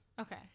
okay